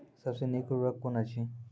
सबसे नीक उर्वरक कून अछि?